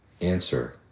Answer